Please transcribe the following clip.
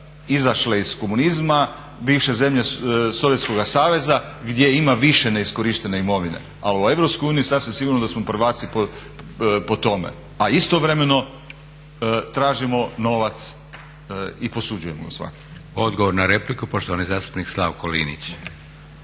izašle iz komunizma, bivše zemlje Sovjetskoga saveza gdje ima više neiskorištene imovine, ali u Europskoj uniji sasvim sigurno da smo prvaci po tome, a istovremeno tražimo novac i posuđujemo ga …. **Leko, Josip (SDP)** Odgovor na repliku, poštovani zastupnik Slavko Linić.